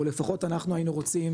או לפחות אנחנו היינו רוצים